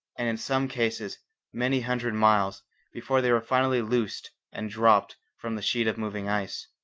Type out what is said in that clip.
and in some cases many hundred miles before they were finally loosed and dropped from the sheet of moving ice.